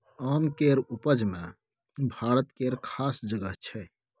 आम केर उपज मे भारत केर खास जगह छै